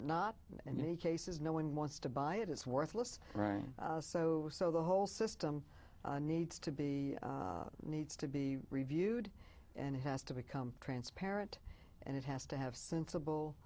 not any cases no one wants to buy it it's worthless right so so the whole system needs to be needs to be reviewed and has to become transparent and it has to have sensible